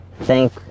thank